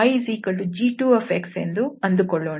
C2ನ ಸಮೀಕರಣ yg2 ಎಂದು ಅಂದುಕೊಳ್ಳೋಣ